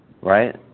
right